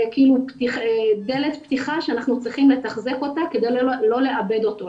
פתיחת דלת שאנחנו צריכים לתחזק אותה כדי לא לאבד אותו,